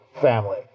family